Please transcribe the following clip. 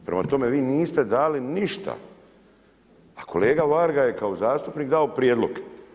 Prema tome, vi niste dali ništa a kolega Varga je kao zastupnik dao prijedlog.